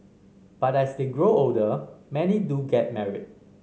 but as they grow older many do get married